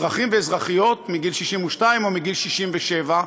אזרחים ואזרחיות מגיל 62 או מגיל 67,